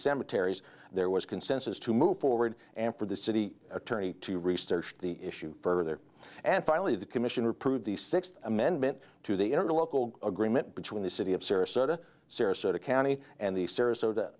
cemeteries there was consensus to move forward and for the city attorney to research the issue further and finally the commissioner proved the sixth amendment to the inner local agreement between the city of sarasota sarasota county and the sarasota